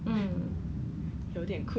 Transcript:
they don't need any part timers for now mah